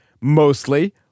mostly